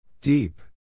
Deep